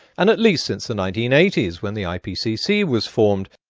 and at least since the nineteen eighty s when the ipcc was formed.